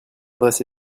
adresse